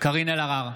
קארין אלהרר,